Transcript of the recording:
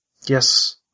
Yes